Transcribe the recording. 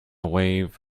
wave